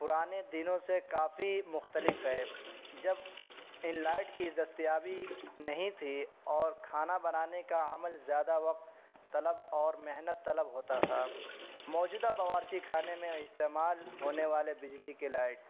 پرانے دنوں سے کافی مختلف ہے جب ان لائٹ کی دستیابی نہیں تھی اور کھانا بنانے کا عمل زیادہ وقت طلب اور محنت طلب ہوتا تھا موجودہ باورچی خانے میں استعمال ہونے والے بجلی کے لائٹ